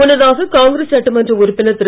முன்னதாக காங்கிரஸ் சட்டமன்ற உறுப்பினர் திரு